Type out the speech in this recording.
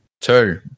Two